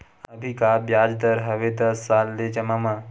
अभी का ब्याज दर हवे दस साल ले जमा मा?